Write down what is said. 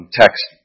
text